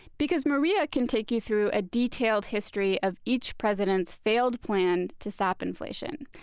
because maria can take you through a detailed history of each president's failed plan to stop inflation.